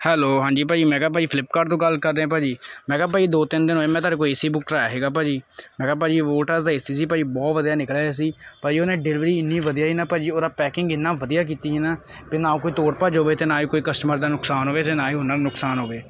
hello ਹਾਂਜੀ ਭਾਅ ਜੀ ਮੈਂ ਕਿਹਾ ਭਾਅ ਜੀ ਫਲਿੱਪ ਕਾਟ ਤੋਂ ਗੱਲ ਕਰਦੇ ਐ ਭਾਅ ਜੀ ਮੈਂ ਕਿਹਾ ਭਾਅ ਜੀ ਦੋ ਤਿੰਨ ਦਿਨ ਹੋਏ ਮੈਂ ਤੁਹਾਡੇ ਤੋਂ ਏਸੀ ਬੁੱਕ ਕਰਾਇਆ ਸੀਗਾ ਭਾਅ ਜੀ ਮੈਂ ਕਿਹਾ ਭਾਅ ਜੀ ਵੋਲਟਸ ਦਾ ਏਸੀ ਸੀ ਭਾਜੀ ਬਹੁਤ ਵਧੀਆ ਨਿਕਲਿਆ ਏਸੀ ਭਾਅ ਜੀ ਓਨੇ ਡਿਲਵਰੀ ਏਨੀ ਵਧੀਆ ਹੀ ਨਾ ਭਾਅ ਜੀ ਉਹਦਾ ਪੈਕਿੰਗ ਐਨਾ ਵਧੀਆ ਕੀਤੀ ਹੀ ਨਾ ਪੀ ਕੋਈ ਤੋੜ ਭੱਜ ਹੋਵੇ ਤੇ ਨਾ ਕੋਈ ਕਸਟਮਰ ਦਾ ਨੁਕਸਾਨ ਹੋਵੇ ਤੇ ਨਾ ਹੀ ਉਹਨਾਂ ਨੂੰ ਨੁਕਸਾਨ ਹੋਵੇ